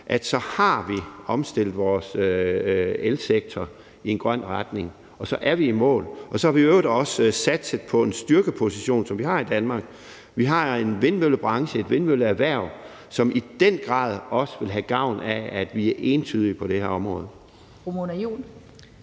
så har vi omstillet vores elsektor i en grøn retning, så er vi i mål, og så har vi i øvrigt også satset på et område, som er blevet en styrkeposition for Danmark. Vi har en vindmøllebranche, et vindmølleerhverv, som i den grad også vil have gavn af, at vi er entydige på det her område. Kl.